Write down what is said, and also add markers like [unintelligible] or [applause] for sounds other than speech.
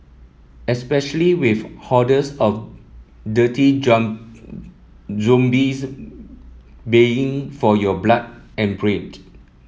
especially with hordes of dirty [unintelligible] zombies baying for your blood and brained